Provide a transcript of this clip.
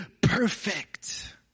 perfect